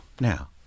now